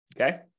Okay